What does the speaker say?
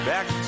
Back